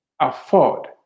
afford